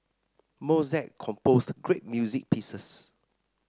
Mozart composed great music pieces